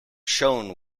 shone